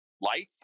life